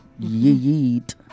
Yeet